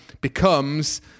becomes